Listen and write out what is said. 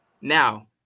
now